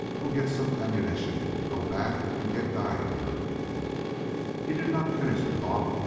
we'll get some ammunition, go back and get diane he did not finish the thought.